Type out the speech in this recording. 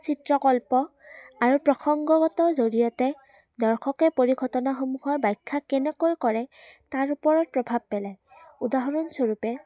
চিত্ৰকল্প আৰু প্ৰসংগগত জৰিয়তে দৰ্শকে পৰিঘটনাসমূহৰ ব্যাখ্যা কেনেকৈ কৰে তাৰ ওপৰত প্ৰভাৱ পেলায় উদাহৰণস্বৰূপে